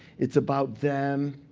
it's about them.